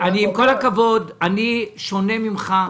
עם כל הכבוד, אני שונה ממך.